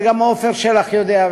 וגם עפר שלח יודע,